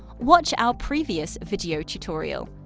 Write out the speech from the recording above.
watch our previous video tutorial.